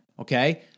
Okay